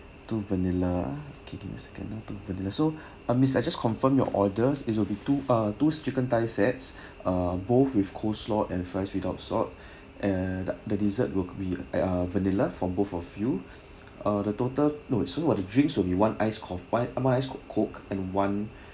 two vanilla ah okay give me a second uh two vanilla so uh miss I just confirm your orders it will be two uh those chicken thigh sets uh both with coleslaw and fries without salt and t~ the dessert will be uh vanilla from both of you uh the total no wait so ah the drinks will be one ice cof~ one one ice coke and one